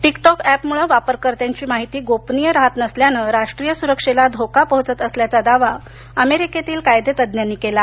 TikTok अॅ पमुळे वापरकर्त्यांची माहिती गोपनीय रहात नसल्यानं राष्ट्रीय सुरक्षेला धोका पोहोचत असल्याचा दावा अमेरिकेतील कायदेतज्ञांनी केला आहे